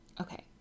okay